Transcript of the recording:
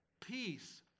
Peace